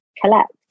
collect